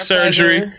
Surgery